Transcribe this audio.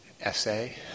essay